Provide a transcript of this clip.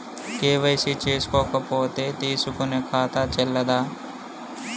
KYC చేసుకోకపోతే తీసుకునే ఖాతా చెల్లదా?